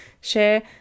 share